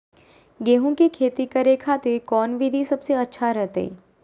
गेहूं के खेती करे खातिर कौन विधि सबसे अच्छा रहतय?